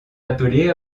appeler